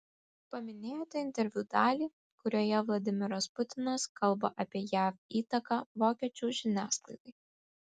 paminėjote interviu dalį kurioje vladimiras putinas kalba apie jav įtaką vokiečių žiniasklaidai